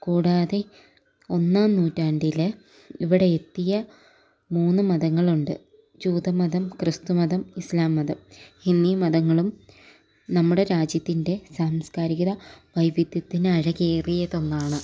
കൂടാതെ ഒന്നാം നൂറ്റാണ്ടിൽ ഇവിടെ എത്തിയ മൂന്ന് മതങ്ങളുണ്ട് ജൂത മതം ക്രിസ്തു മതം ഇസ്ലാം മതം എന്നീ മതങ്ങളും നമ്മുടെ രാജ്യത്തിൻ്റെ സാംസ്കാരികത വൈവിധ്യത്തിന് അഴകേറിയത് ഒന്നാണ്